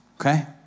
Okay